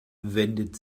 wendet